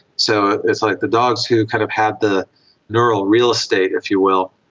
so it's like the dogs who kind of had the neural real estate, if you will,